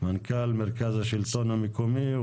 מנכ"ל מרכז השלטון המקומי.